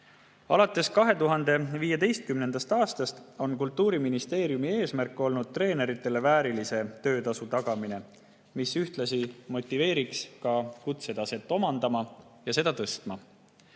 Alates 2015. aastast on Kultuuriministeeriumi eesmärk olnud treeneritele väärilise töötasu tagamine, mis ühtlasi motiveeriks ka kutsetaset omandama ja seda tõstma.